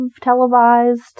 televised